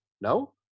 No